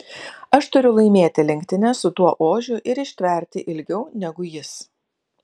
aš turiu laimėti lenktynes su tuo ožiu ir ištverti ilgiau negu jis